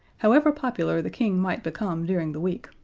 however popular the king might become during the week,